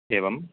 एवम्